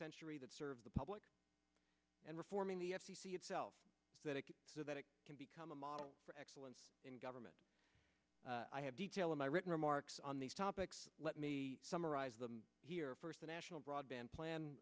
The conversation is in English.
century that serve the public and reforming the f c c itself that it so that it can become a model for excellence in government i have detail in my written remarks on these topics let me summarize them here first the national broadband plan